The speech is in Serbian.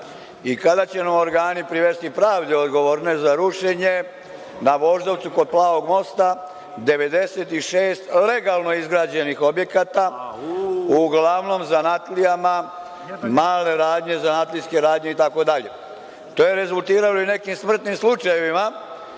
i kada će nam organi privesti pravdi odgovorne za rušenje na Voždovcu kod Plavog mosta, 96 legalno izgrađenih objekata, uglavnom zanatlijama, male radnje, zanatlijske radnje i tako dalje. To je rezultiralo i nekim smrtnim slučajevima